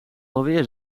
alweer